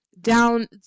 down